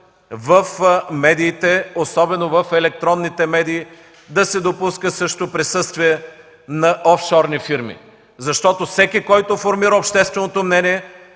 в медиите, особено в електронните медии, да се допуска присъствие на офшорни фирми! Всеки, който формира общественото мнение,